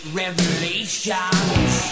revelations